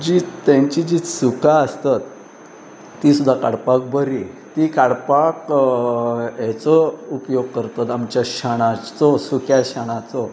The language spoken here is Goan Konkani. जी तेंची जी सुकां आसतात ती सुद्दां काडपाक बरी ती काडपाक हेचो उपयोग करतात आमच्या शेणाचो सुक्या शेणाचो